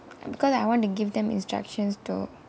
because I want to give them instructions though